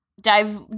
dive